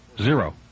Zero